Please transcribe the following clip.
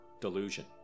delusion